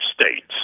states